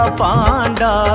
panda